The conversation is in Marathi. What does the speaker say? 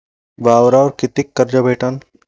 वावरावर कितीक कर्ज भेटन?